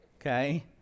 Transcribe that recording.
okay